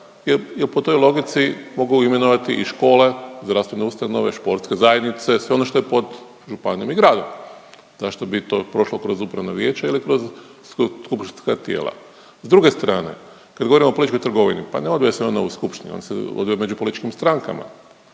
jer po toj logici mogu imenovati i škole, zdravstvene ustanove, sportske zajednice, sve ono što je pod županijom i gradom. Zašto bi to prošlo kroz upravno vijeće ili kroz skupštinska tijela? S druge strane kad govorimo o političkoj trgovini, pa ne odvija se ona u skupštinama, ona se odvija među političkim strankama